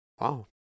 wow